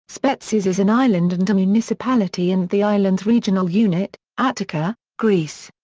spetses is an island and a municipality in the islands regional unit, attica, greece.